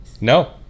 No